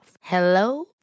Hello